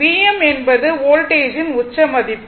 Vm என்பது வோல்டேஜின் உச்ச மதிப்பு